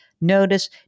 notice